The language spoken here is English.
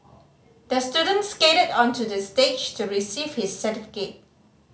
the student skated onto the stage to receive his certificate